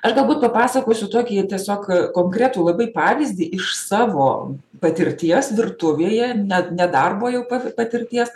aš galbūt papasakosiu tokį tiesiog konkretų labai pavyzdį iš savo patirties virtuvėje ne ne darbo jau patirties